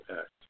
Act